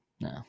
No